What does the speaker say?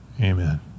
Amen